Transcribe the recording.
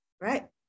right